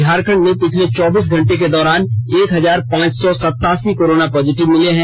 झारखण्ड में पिछले चौबीस घंटे के दौरान एक हजार पांच सौ सतासी कोरोना पॉजिटिव मिले हैं